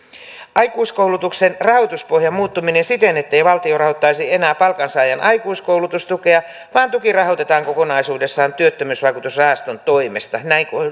aikuiskoulutuksen rahoituspohja muuttuu siten ettei valtio rahoittaisi enää palkansaajan aikuiskoulutustukea vaan tuki rahoitetaan kokonaisuudessaan työttömyysvakuutusrahaston toimesta näinkö